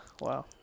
wow